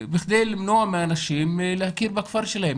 בכדי למנוע מאנשים להכיר בכפר שלהם.